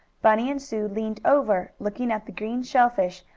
bunny and sue leaned over, looking at the green shellfish,